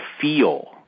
feel